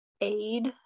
aid